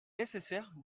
nécessaire